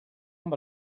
amb